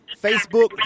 Facebook